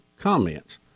comments